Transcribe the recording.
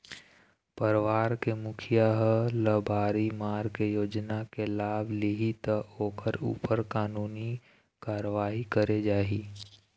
परवार के मुखिया ह लबारी मार के योजना के लाभ लिहि त ओखर ऊपर कानूनी कारवाही करे जाही